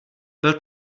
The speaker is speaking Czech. byl